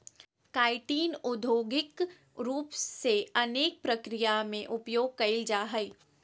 chitin औद्योगिक रूप से अनेक प्रक्रिया में उपयोग कइल जाय हइ